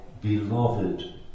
Beloved